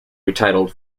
retitled